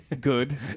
Good